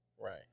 Right